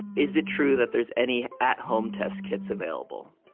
is it true that there's any at-home test kits available?